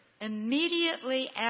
immediately